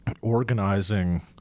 organizing